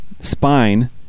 spine